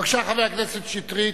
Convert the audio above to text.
חבר הכנסת שטרית.